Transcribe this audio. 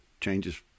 changes